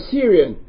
Syrian